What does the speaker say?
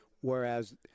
Whereas